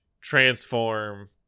transform